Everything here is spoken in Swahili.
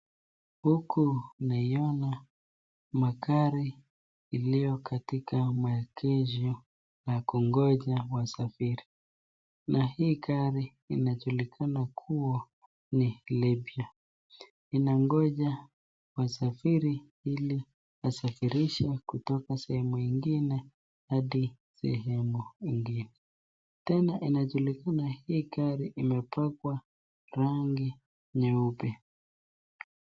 Huku naiona magari iliyo katika maegesho ya kugonja wasafiri. Na hii gari inajulikana kuwa ni lipya. Inagonja wasafiri ili wasafirishe kutoka sehemu moja hadi ingine. Tena inajulikana hii gari imepakwa rangi nyeupe.